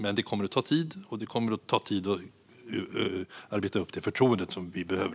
Men det kommer att ta tid, särskilt när det gäller att arbeta upp det förtroende som behövs.